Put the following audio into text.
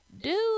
dude